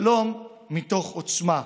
שלום מתוך עוצמה.